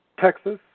Texas